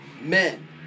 men